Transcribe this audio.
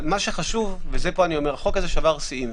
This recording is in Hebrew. החוק הזה שבר שיאים.